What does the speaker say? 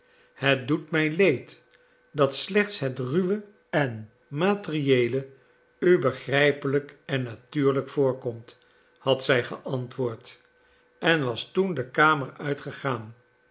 het doet mij leed dat slechts het ruwe en materieele u begrijpelijk en natuurlijk voorkomt had zij geantwoord en was toen de kamer uitgegaan